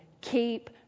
Keep